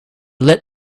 lit